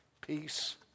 peace